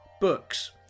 books